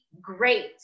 great